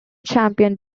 champion